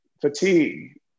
fatigue